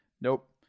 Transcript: nope